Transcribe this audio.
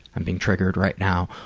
i'm being triggered right now.